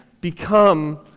become